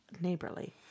neighborly